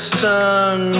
sun